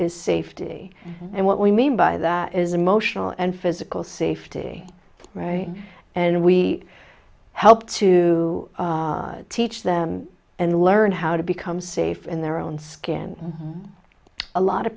is safety and what we mean by that is emotional and physical safety right and we help to teach them and learn how to become safe in their own skin a lot of